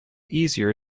easier